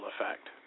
effect